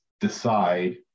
decide